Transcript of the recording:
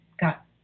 got